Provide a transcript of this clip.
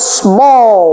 small